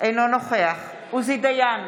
אינו נוכח עוזי דיין,